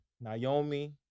Naomi